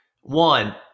one